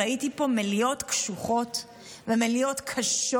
ראיתי פה מליאות קשוחות ומליאות קשות